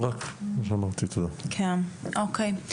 אוקיי.